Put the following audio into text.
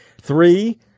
Three